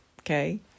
okay